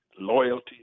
loyalty